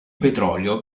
petrolio